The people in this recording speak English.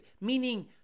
meaning